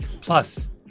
Plus